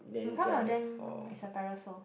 in front of them is a parasail